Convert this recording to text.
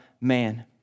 Man